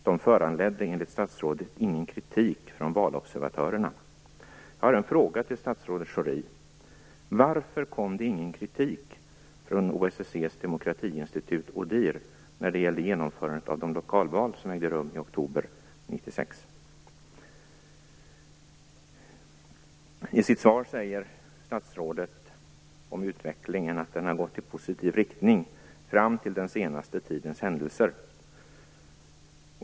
De föranledde enligt statsrådet ingen kritik från valobservatörerna. Jag har en fråga till statsrådet Schori. Varför kom det ingen kritik från OSSE:s demokratiinstitut ODIHR när det gällde genomförandet av de lokalval som ägde rum i oktober 96? I sitt svar säger statsrådet att utvecklingen har gått i positiv riktning fram till den senaste tidens händelser.